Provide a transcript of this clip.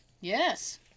Yes